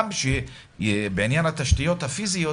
בעניין התשתיות הפיזיות